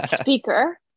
speaker